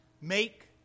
make